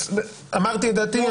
אמרתי את דעתי,